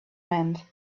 meant